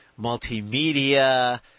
multimedia